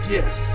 Yes